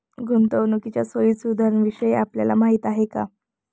गुंतवणुकीच्या सोयी सुविधांविषयी आपल्याला माहिती आहे का?